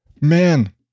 man